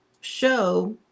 show